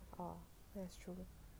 orh that's true